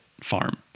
farm